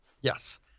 yes